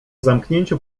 zamknięciu